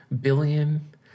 billion